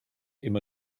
immer